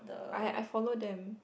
I had I follow them